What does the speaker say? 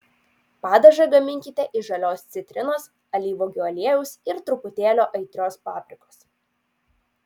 padažą gaminkite iš žalios citrinos alyvuogių aliejaus ir truputėlio aitrios paprikos